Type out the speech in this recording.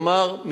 כלומר,